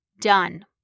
done